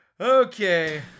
Okay